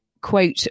quote